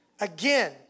Again